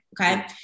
okay